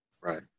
Right